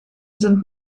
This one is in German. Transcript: sind